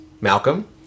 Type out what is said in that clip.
Malcolm